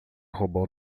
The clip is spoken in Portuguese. roubou